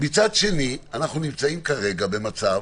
מצד שני, אנחנו נמצאים כרגע במצב